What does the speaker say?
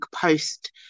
post